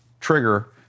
trigger